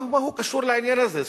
מה הוא קשור לעניין הזה?